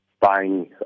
buying